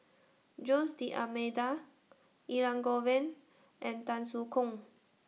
Jose D'almeida Elangovan and Tan Soo Khoon